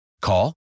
Call